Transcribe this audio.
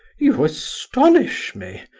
you astonish me,